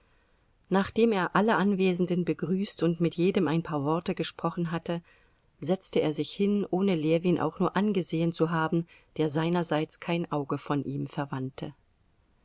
nachdem er alle anwesenden begrüßt und mit jedem ein paar worte gesprochen hatte setzte er sich hin ohne ljewin auch nur angesehen zu haben der seinerseits kein auge von ihm verwandte